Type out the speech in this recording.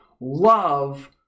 Love